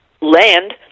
land